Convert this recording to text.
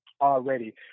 already